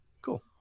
Cool